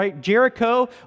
Jericho